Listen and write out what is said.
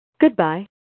Goodbye